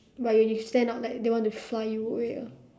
but if you stand up like they want to fly you away ah